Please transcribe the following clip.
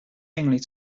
inanely